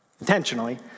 Intentionally